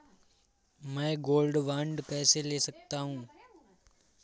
मैं gold bond कैसे ले सकता हूँ?